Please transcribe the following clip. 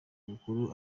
mukuru